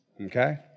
Okay